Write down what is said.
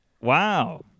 Wow